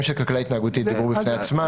של כלכלה התנהגותית דיברו בפני עצמם.